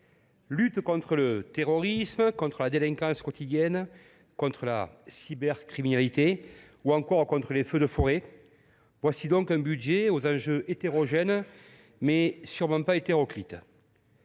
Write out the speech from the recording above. lutte contre le terrorisme, contre la délinquance quotidienne, contre la cybercriminalité ou encore contre les feux de forêt… voilà donc une mission aux enjeux hétérogènes, mais sûrement pas hétéroclites